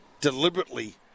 deliberately